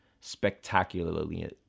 spectacularly